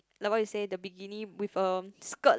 like what you say the bikini with a skirt